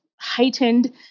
heightened